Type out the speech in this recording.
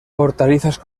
hortalizas